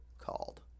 called